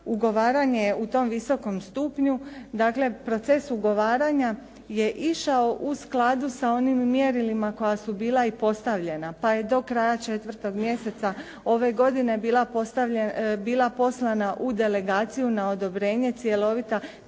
Ugovaranje je u tom visokom stupnju, dakle proces ugovaranja je išao u skladu sa onim mjerilima koja su bila i postavljena, pa je do kraja 4. mjeseca ove godine bila poslana u delegaciji na odobrenje cjelovita tehnička